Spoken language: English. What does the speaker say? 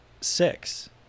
six